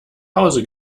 hause